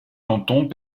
cantons